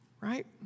right